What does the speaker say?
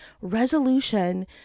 resolution